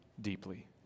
deeply